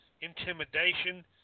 intimidation